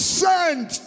sent